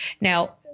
Now